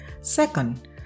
Second